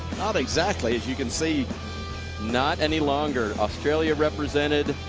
not exactly as you can see not any longer. australia represented.